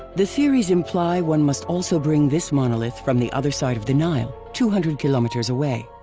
the theories imply one must also bring this monolith from the other side of the nile, two hundred kilometers away.